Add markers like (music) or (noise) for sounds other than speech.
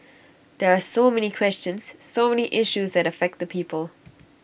there are so many questions so many issues that affect the people (noise)